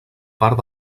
part